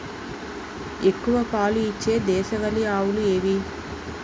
ఎక్కువ పాలు ఇచ్చే దేశవాళీ ఆవులు ఏవి?